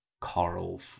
coral